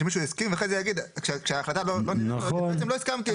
מישהו יסכים ואחר כך יגיד שהוא לא הסכים.